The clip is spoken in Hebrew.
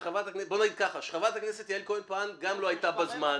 גם חברת הכנסת יעל כהן-פארן לא הייתה בזמן.